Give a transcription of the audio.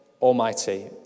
Almighty